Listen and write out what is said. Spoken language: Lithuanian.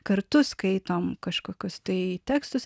kartu skaitom kažkokius tai tekstus